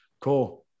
Cool